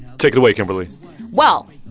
take it away, kimberly well,